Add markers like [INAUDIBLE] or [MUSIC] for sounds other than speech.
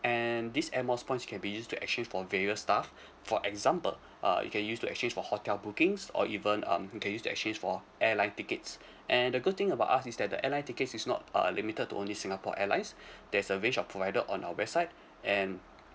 and these air miles points you can be used to actually for various stuff for example uh you can use to actually for hotel bookings or even um you can use to exchange for airline tickets and the good thing about us is that the airline tickets is not uh limited to only singapore airlines [BREATH] there's a range of provider on our website and